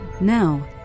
Now